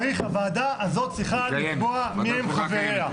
זה אומר שהוועדה הזאת צריכה לקבוע מיהם חבריה.